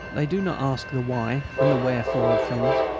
they do not ask the why and the wherefore of things.